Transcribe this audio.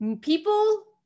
People